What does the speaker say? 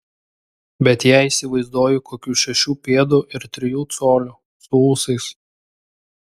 bet ją įsivaizduoju kokių šešių pėdų ir trijų colių su ūsais